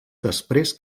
després